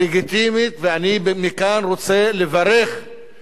ואני מכאן רוצה לברך את אנשי המחאה